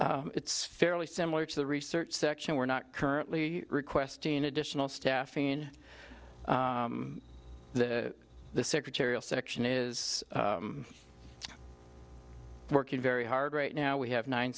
it's fairly similar to the research section we're not currently requesting additional staff in the secretarial section is working very hard right now we have nine